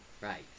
Right